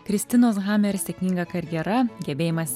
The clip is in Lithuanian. kristinos hummer ir sėkminga karjera gebėjimas